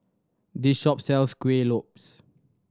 this shop sells Kuih Lopes